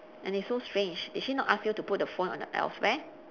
and it's so strange did she not ask you to put the phone on elsewhere